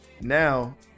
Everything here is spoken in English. Now